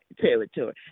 territory